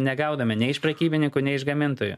negauname nei iš prekybininkų nei iš gamintojų